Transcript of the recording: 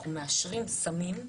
אנחנו מאשרים סמים,